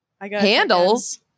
Handles